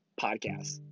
Podcast